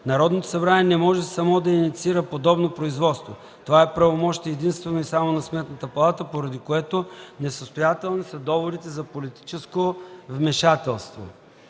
Народното събрание не може само да инициира подобно производство. Това е правомощие единствено и само на Сметната палата, поради което несъстоятелни са доводите за политическо вмешателство.